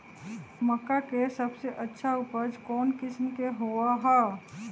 मक्का के सबसे अच्छा उपज कौन किस्म के होअ ह?